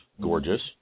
gorgeous